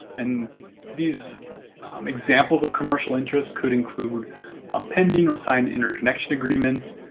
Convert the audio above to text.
and these examples of commercial interest could include pending or signed interconnection agreements,